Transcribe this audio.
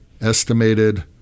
estimated